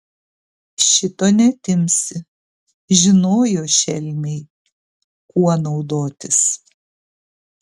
šito neatimsi žinojo šelmiai kuo naudotis